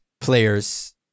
players